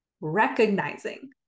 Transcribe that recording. Recognizing